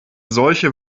solche